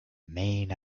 main